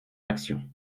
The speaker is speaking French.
action